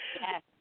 Yes